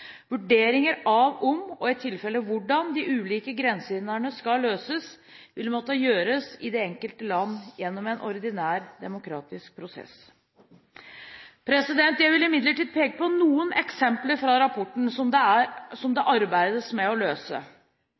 Vurderinger av om, og i tilfelle hvordan, de ulike grensehindrene skal løses, vil måtte gjøres i det enkelte land gjennom en ordinær demokratisk prosess. Jeg vil imidlertid peke på noen eksempler fra rapporten som det arbeides med å løse.